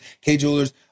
K-jewelers